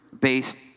based